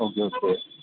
okay okay